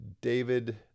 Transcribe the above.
David